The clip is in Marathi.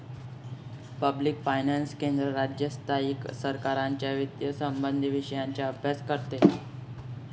पब्लिक फायनान्स केंद्र, राज्य, स्थायी सरकारांच्या वित्तसंबंधित विषयांचा अभ्यास करते